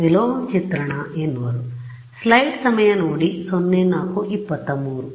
ವಿಲೋಮ ಚಿತ್ರಣ ಎನ್ನುವರು